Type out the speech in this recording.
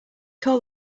call